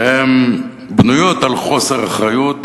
שהן בנויות על חוסר אחריות,